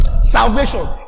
salvation